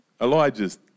Elijah's